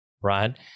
right